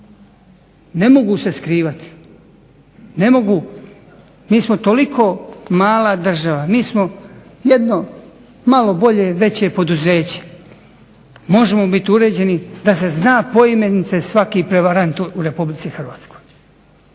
Ne mogu se skrivati, ne mogu, mi smo toliko mala država, mi smo jedno malo bolje veće poduzeće možemo biti uređeni da se zna poimence svaki prevarant u RH. I da se